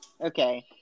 Okay